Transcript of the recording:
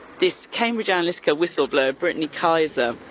this cambridge analytica whistleblower, brittany kaiser,